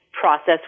process